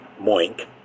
Moink